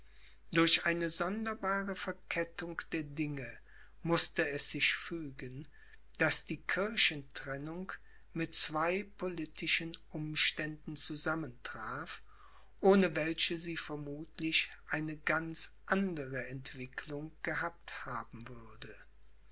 durch eine sonderbare verkettung der dinge mußte es sich fügen daß die kirchentrennung mit zwei politischen umständen zusammentraf ohne welche sie vermutlich eine ganz andere entwicklung gehabt haben würde